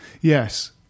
Yes